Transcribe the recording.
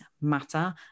matter